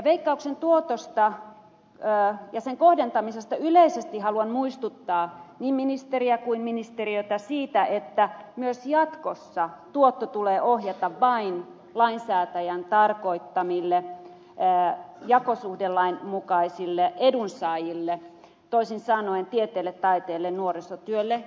veikkauksen tuotosta ja sen kohdentamisesta yleisesti haluan muistuttaa niin ministeriä kuin ministeriötä sikäli että myös jatkossa tuotto tulee ohjata vain lainsäätäjän tarkoittamille jakosuhdelain mukaisille edunsaajille toisin sanoen tieteelle taiteelle nuorisotyölle ja liikunnalle